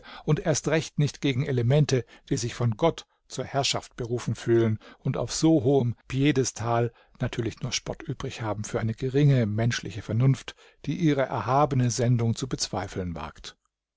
und erst recht nicht gegen elemente die sich von gott zur herrschaft berufen fühlen und auf so hohem piedestal natürlich nur spott übrig haben für eine geringe menschliche vernunft die ihre erhabene sendung zu bezweifeln wagt